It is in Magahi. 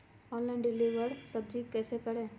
ऑनलाइन सब्जी डिलीवर कैसे करें?